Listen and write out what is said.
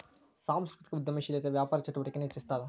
ಸಾಂಸ್ಕೃತಿಕ ಉದ್ಯಮಶೇಲತೆ ವ್ಯಾಪಾರ ಚಟುವಟಿಕೆನ ಹೆಚ್ಚಿಸ್ತದ